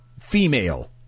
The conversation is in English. female